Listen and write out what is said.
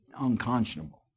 unconscionable